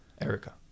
Erica